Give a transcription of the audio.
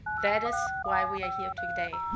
that is why we are here today.